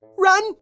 Run